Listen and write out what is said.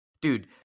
Dude